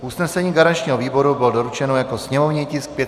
Usnesení garančního výboru bylo doručeno jako sněmovní tisk 525/5.